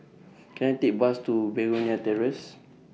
Can I Take A Bus to Begonia Terrace